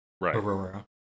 Right